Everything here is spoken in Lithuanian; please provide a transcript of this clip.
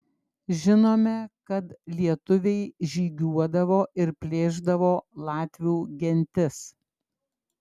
žinome kad lietuviai žygiuodavo ir plėšdavo latvių gentis